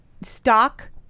stock